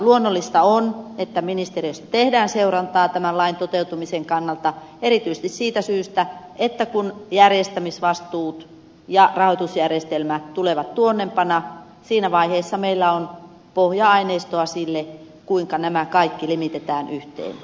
luonnollista on että ministeriössä tehdään seurantaa tämän lain toteutumisen kannalta erityisesti siitä syystä että kun järjestämisvastuu ja rahoitusjärjestelmä tulevat tuonnempana siinä vaiheessa meillä on pohja aineistoa sille kuinka nämä kaikki limitetään yhteen